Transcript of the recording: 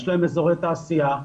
יש להן אזורי תעשייה,